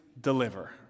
deliver